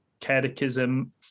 Catechism